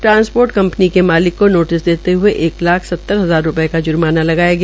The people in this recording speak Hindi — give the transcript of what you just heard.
ट्रांसपोर्ट कंपनी के मालिक को नोटिस देते हुए एक लाख सतर हजार रूपये का जुर्माना लगाया गया